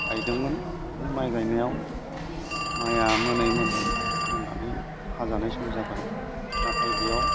गायदोंमोन बे माइ गायनायाव माइया मोनै मोनै मोननानै हाजानाय सम जाबाय नाथाय बेयाव